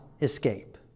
escape